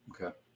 Okay